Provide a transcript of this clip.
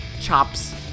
chops